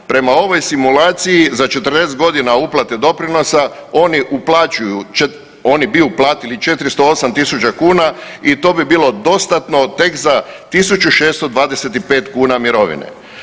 Prema ovoj simulaciji za 40 godina uplate doprinosa oni uplaćuju, oni bi uplati 408.000 kuna i to bi bilo dostatno tek za 1.625 kuna mirovine.